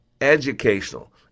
educational